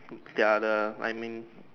they are the I mean